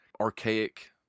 archaic